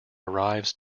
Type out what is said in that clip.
arrives